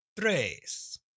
tres